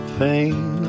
pain